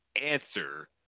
answer